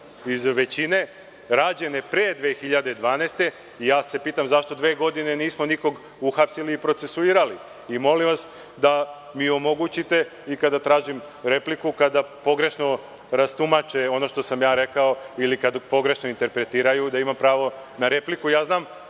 iz većine, rađene pre 2012. godine i ja se pitam zašto dve godine nismo nikog uhapsili i procesuirali. Molim vas da mi omogućite, kada tražim repliku, kada pogrešno rastumače ono što sam ja rekao ili kada pogrešno interpretiraju, da imam pravo na repliku. Znam